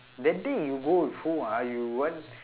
that day you go with who ah you [one]